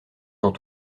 dans